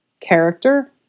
character